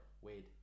Wade